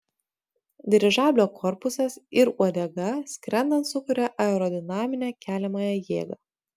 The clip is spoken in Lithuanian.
dirižablio korpusas ir uodega skrendant sukuria aerodinaminę keliamąją jėgą